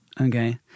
okay